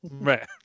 Right